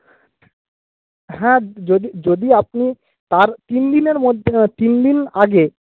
হ্যাঁ যদি যদি আপনি তার তিন দিনের মধ্যে তিন দিন আগে